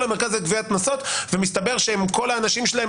למרכז לגביית קנסות ומסתבר שכל האנשים שלהם,